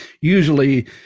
usually